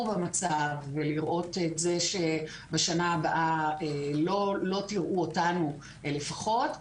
במצב ולראות שבשנה הבאה לא תראו אותנו לפחות,